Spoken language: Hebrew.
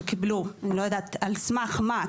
שקיבלו רישיון אני לא יודעת על סמך מה,